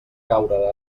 caure